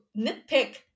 nitpick